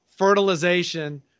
Fertilization